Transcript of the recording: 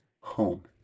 home